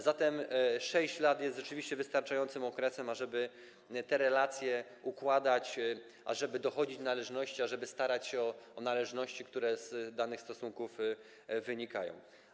Zatem 6 lat jest rzeczywiście wystarczającym okresem, ażeby te relacje układać, ażeby dochodzić należności, ażeby starać się o należności, które z danych stosunków wynikają.